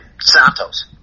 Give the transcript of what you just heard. Santos